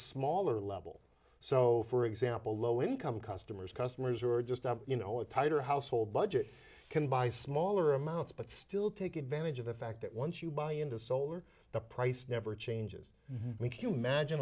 smaller level so for example low income customers customers who are just up you know a tighter household budget can buy smaller amounts but still take advantage of the fact that once you buy into solar the price never changes make you ma